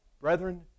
Brethren